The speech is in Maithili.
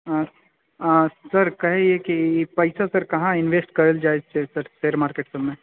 हँ सर कहैए कि पैसा सर कहाँ इन्वेस्ट करल जाए छै सर शेयर मार्केट सबमे